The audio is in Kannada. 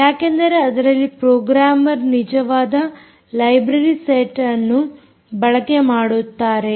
ಯಾಕೆಂದರೆ ಅದರಲ್ಲಿ ಪ್ರೋಗ್ರಾಮರ್ ನಿಜವಾದ ಲೈಬ್ರರೀ ಸೆಟ್ ಅನ್ನು ಬಳಕೆ ಮಾಡುತ್ತಾರೆ